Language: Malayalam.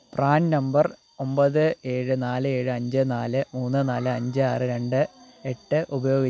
നിങ്ങളുടെ വെബ്സൈറ്റിൽ സൂചിപ്പിച്ചതിനേക്കാൾ കുറഞ്ഞ അളവിൽ ഗുഡ് ഹോം റൂം ഫ്രെഷ്നർ ലഭിച്ചത്